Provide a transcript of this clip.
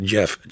Jeff